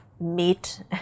meat